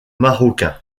marocains